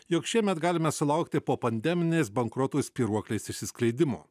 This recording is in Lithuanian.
jog šiemet galime sulaukti popandeminės bankrotų spyruoklės išsiskleidimo